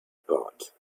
apart